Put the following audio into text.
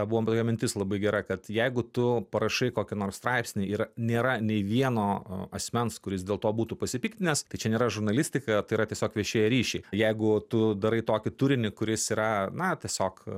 buvo tokia mintis labai gera kad jeigu tu parašai kokį nors straipsnį ir nėra nei vieno asmens kuris dėl to būtų pasipiktinęs tai čia nėra žurnalistika tai yra tiesiog viešieji ryšiai jeigu tu darai tokį turinį kuris yra na tiesiog